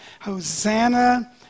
Hosanna